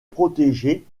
protégée